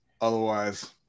Otherwise